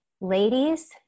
ladies